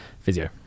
Physio